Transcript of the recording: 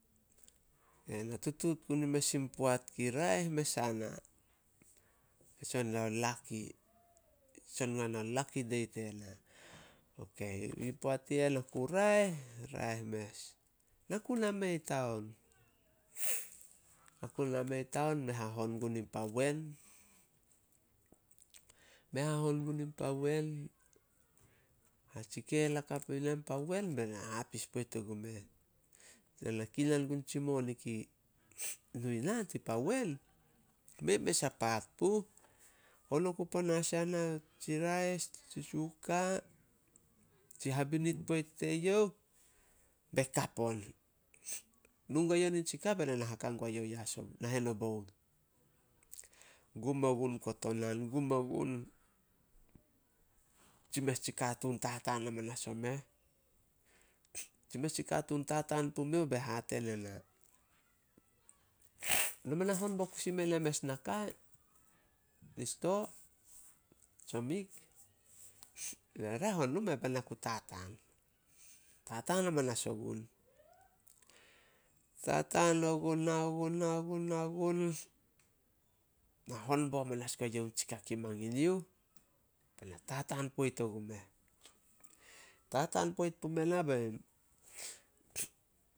Ena tutuut guo mes in poat kei raeh mes ana, son diao laki- son guana laki dei tena. Poat i eh na ku raeh- raeh mes. Na ku na mei taon. Na ku na mei taon, me hahon gun in pa wen- me hahon gun in pa wen, hasikel hakap ina pa wen bena hapis poit ogumeh. Bena kinan gun tsi moni ki nu ina tin pa wen, mei mes a paat puh. Hon oku panas yana tsi rais, tsi suka, tsi habinit poit teyouh be kap on. Nu gue youh nitsi ka bena na haka gue youh nahen o bout. Gum ogun kotonan- gum ogun. Tsi mes tsi katuun tataan amanas omeh, tsi mes tsi katuun tataan pumioh be hate ne na, "No ma na hon bo kusi bo ena mes naka, i sto, tsomik." Raeh on, nu meh bae na ku tataan. Tataan amanas ogun, tataan ogun, nao gun- nao gun- nao gun. Na hon bo amanas guai youh tsi kei mangin yuh. Bena tataan poit ogumeh. Tataan poit pume na bein